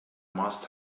must